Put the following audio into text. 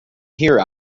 hear